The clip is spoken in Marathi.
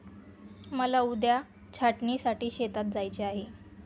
मला उद्या छाटणीसाठी शेतात जायचे आहे